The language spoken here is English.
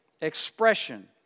expression